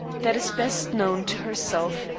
that is best known to herself.